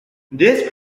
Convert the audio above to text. this